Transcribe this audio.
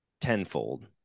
tenfold